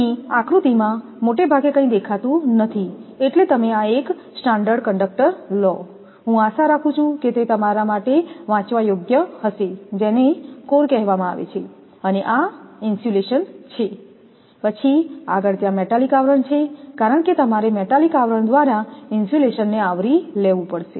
અહીં આકૃતિમાં મોટે ભાગે કંઈ દેખાતું નથી એટલે તમે આ એક સ્ટાન્ડર્ડ કંડક્ટર લો હું આશા રાખું છું કે તે તમારા માટે વાંચવા યોગ્ય હશે જેને કોર કહેવામાં આવે છે અને આ ઇન્સ્યુલેશન છે પછી આગળ ત્યાં મેટાલિક આવરણ છે કારણ કે તમારે મેટાલિક આવરણ દ્વારા ઇન્સ્યુલેશનને આવરી લેવું પડશે